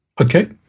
Okay